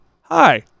Hi